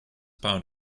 pound